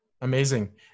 Amazing